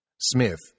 Smith